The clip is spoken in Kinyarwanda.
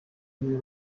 bimwe